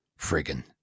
friggin